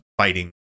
fighting